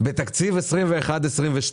בתקציב 21'-22',